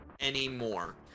anymore